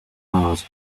mars